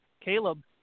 Caleb